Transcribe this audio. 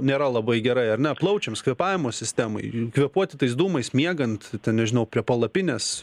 nėra labai gerai ar ne plaučiams kvėpavimo sistemai kvėpuoti tais dūmais miegant ten nežinau prie palapinės